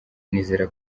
nizera